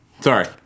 Sorry